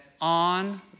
on